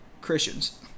Christians